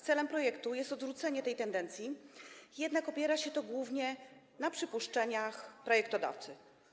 Celem projektu jest odwrócenie tej tendencji, jednak opiera się to głównie na przypuszczeniach projektodawcy.